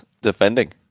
defending